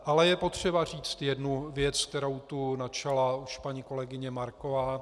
Ale je potřeba říct jednu věc, kterou tu načala už paní kolegyně Marková.